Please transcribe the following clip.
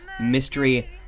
Mystery